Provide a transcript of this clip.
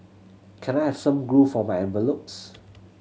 can I have some glue for my envelopes